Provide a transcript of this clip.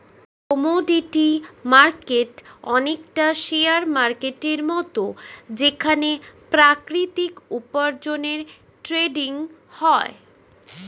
commodity market অনেকটা share মার্কেটের মত যেখানে প্রাকৃতিক উপার্জনের ট্রেডিং হয়